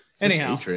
Anyhow